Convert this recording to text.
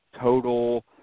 total